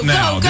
now